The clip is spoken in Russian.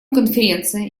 конференция